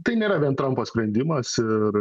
tai nėra vien trampo sprendimas ir